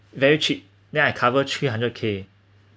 very cheap then I cover three hundred K